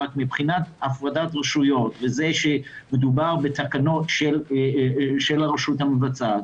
רק מבחינת הפרדת רשויות מדובר בתקנות של הרשות המבצעת,